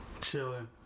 chilling